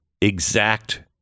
exact